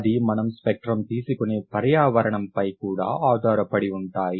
అది మనం స్పెక్ట్రం తీసుకునే పర్యావరణంపై కూడా ఆధారపడి ఉంటాయి